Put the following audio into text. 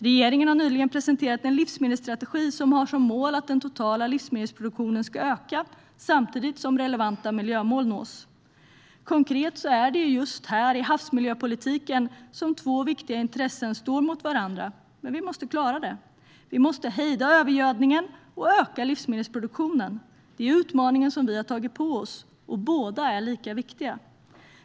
Regeringen har nyligen presenterat en livsmedelsstrategi som har som mål att den totala livsmedelsproduktionen ska öka, samtidigt som relevanta miljömål nås. Konkret är det ju just här i havsmiljöpolitiken som två viktiga intressen står emot varandra, men vi måste klara det. Vi måste hejda övergödningen och öka livsmedelsproduktionen. Det är utmaningar som vi har tagit på oss, och båda är lika viktiga.